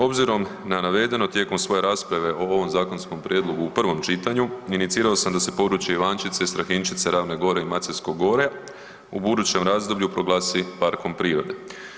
Obzirom na navedeno tijekom svoje rasprave o ovom zakonskom prijedlogu u prvom čitanju inicirao sam da se područje Ivanščice, Strahinjčice, Ravne gore i Maceljsko gorje u budućem razdoblju parkom prirode.